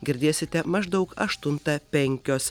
girdėsite maždaug aštuntą penkios